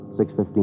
6.15